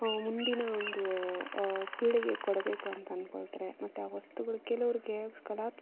ಮುಂದಿನ ಒಂದು ಪೀಳಿಗೆಗೆ ಕೊಡಬೇಕು ಅಂತ ಅಂದ್ಕೋಳ್ತಾರೆ ಮತ್ತು ಆ ವಸ್ತುಗಳು ಕೆಲವರಿಗೆ ಕಲಾ